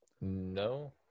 No